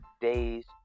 days